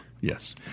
yes